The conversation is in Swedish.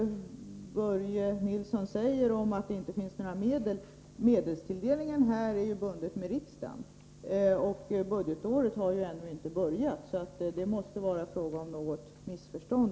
Börje Nilsson sade att det inte finns några medel, men medelstilldelningen här är ju förknippad med riksdagen, och budgetåret har ju ännu inte börjat. Det måste i detta sammanhang röra sig om något missförstånd.